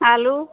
आलू